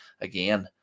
again